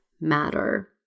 matter